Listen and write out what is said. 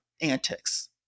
antics